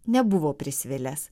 nebuvo prisvilęs